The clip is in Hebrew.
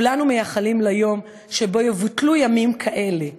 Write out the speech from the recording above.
כולנו מייחלים ליום שבו יבוטלו ימים כאלה,